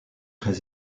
très